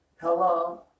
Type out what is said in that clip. Hello